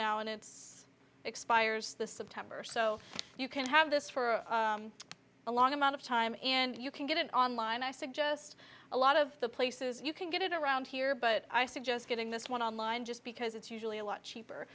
now and it's expires the september so you can have this for a long amount of time and you can get it online i suggest a lot of the places you can get it around here but i suggest getting this one online just because it's usually a lot cheaper